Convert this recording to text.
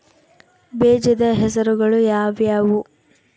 ಬೇಜದ ಹೆಸರುಗಳು ಯಾವ್ಯಾವು?